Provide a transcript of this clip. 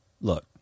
Look